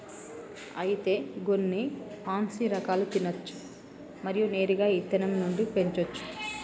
అయితే గొన్ని పాన్సీ రకాలు తినచ్చు మరియు నేరుగా ఇత్తనం నుండి పెంచోచ్చు